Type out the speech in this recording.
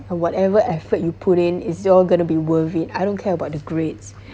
whatever effort you put in is you all going to be worried I don't care about the grades